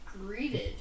greeted